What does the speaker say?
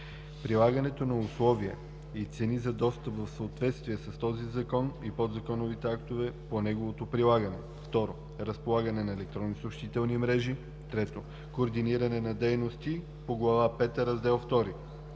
прилагането на условия и цени за достъп в съответствие с този закон и подзаконовите актове по неговото прилагане; 2. разполагане на електронни съобщителни мрежи; 3. координиране на дейности по Глава пета, Раздел II;